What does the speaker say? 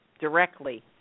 directly